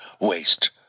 waste